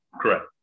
Correct